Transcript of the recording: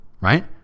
right